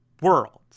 worlds